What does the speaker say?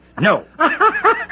no